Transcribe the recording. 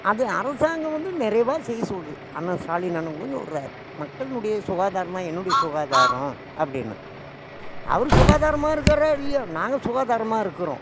அது அரசாங்கம் வந்து நிறையவா செய்ய சொல்லுது அண்ணா ஸ்டாலின் அண்ணன் கூட சொல்கிறார் மக்களுனுடைய சுகாதாரம் தான் என்னுடைய சுகாதாரம் அப்படின்னு அவர் சுகாதாரமாக இருக்காரோ இல்லையோ நாங்கள் சுகாதாரமாக இருக்கிறோம்